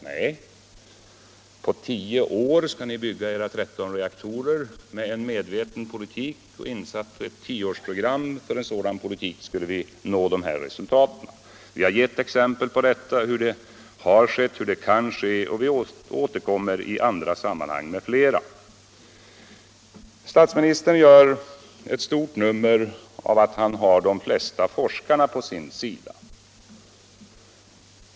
Nej, har vi svarat, genom en medveten politik uppnår vi resultat på tio år, vilket är samma tid som det tar att bygga era tretton reaktorer. Vi har alltså gett exempel på hur energitillförseln kan ökas, och vi återkommer med fler. Statsministern gör ett stort nummer av att han har de flesta forskarna på sin sida.